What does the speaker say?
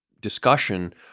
discussion